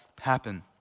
happen